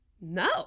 no